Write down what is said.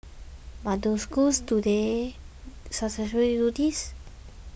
but do schools today successfully do this